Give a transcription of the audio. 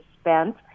spent